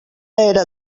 era